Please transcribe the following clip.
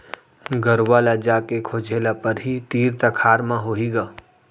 गरूवा ल जाके खोजे ल परही, तीर तखार म होही ग